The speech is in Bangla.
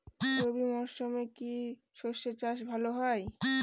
রবি মরশুমে কি সর্ষে চাষ ভালো হয়?